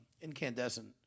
incandescent